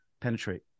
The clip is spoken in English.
penetrate